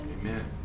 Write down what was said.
Amen